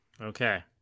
Okay